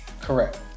Correct